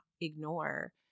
ignore